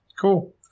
cool